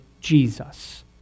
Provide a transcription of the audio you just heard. Jesus